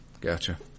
gotcha